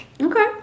Okay